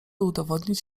udowodnić